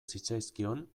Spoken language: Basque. zitzaizkion